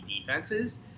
defenses